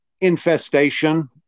infestation